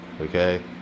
Okay